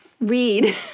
read